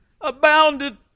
abounded